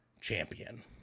champion